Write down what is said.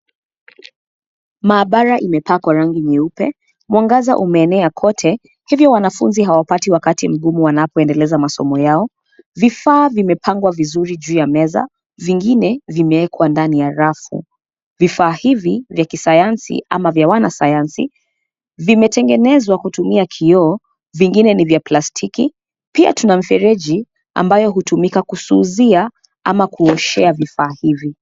Maabara imepakwa rangi nyeupe mwangaza umeenea kwote hivyo wanafunzi hawapati wakati mgumu wanapoendeleza masomo yao. Vifaa vimepangwa vizuri juu ya meza, vingine vimeekwa ndani ya rafu. Vifaa hivi vya kisayansi ama vya wanasayansi vimetengenezwa kutumia kioo vingine ni vya plastiki pia tuna mfereji ambayo hutumika kusuzia ama kuoshea vifaa hivi.